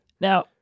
Now